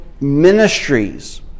ministries